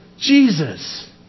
Jesus